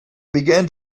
began